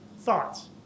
Thoughts